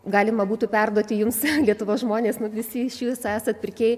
galima būtų perduoti jums lietuvos žmonės nu visi iš jūsų esat pirkėjai